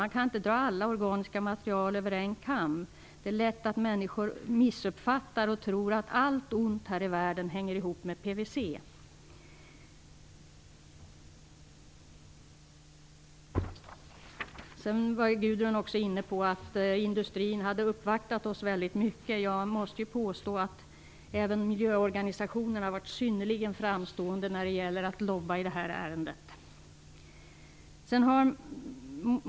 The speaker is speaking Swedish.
Man kan inte dra alla organiska material över en kam. Det är lätt att människor missuppfattar och tror att allt ont här i världen hänger ihop med PVC. Gudrun var också inne på att industrin hade uppvaktat oss väldigt mycket. Jag måste påstå att även miljöorganisationerna har varit synnerligen framstående när det gällt att lobba i det här ärendet.